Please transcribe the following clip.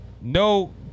no